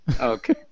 Okay